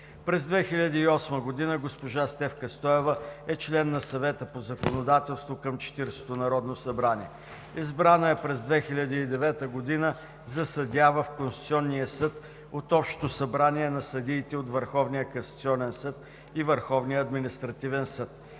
През 2008 г. госпожа Стефка Стоева е член на Съвета по законодателство към 40-то Народно събрание. Избрана е през 2009 г. за съдия в Конституционния съд от Общото събрание на съдиите от Върховния